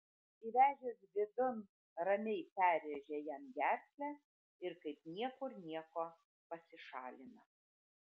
įvežęs vidun ramiai perrėžia jam gerklę ir kaip niekur nieko pasišalina